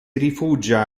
rifugia